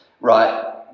right